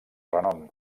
renom